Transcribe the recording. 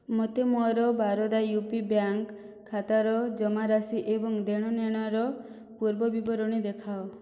ମୋତେ ମୋର Baroda U P bank ଖାତାର ଜମାରାଶି ଏବଂ ଦେଣନେଣର ପୂର୍ବବିବରଣୀ ଦେଖାଅ